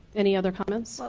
any other comments?